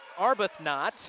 Arbuthnot